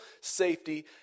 safety